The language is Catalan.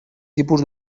tipus